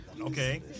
Okay